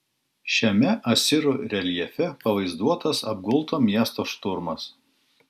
šiame asirų reljefe pavaizduotas apgulto miesto šturmas